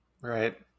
Right